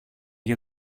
για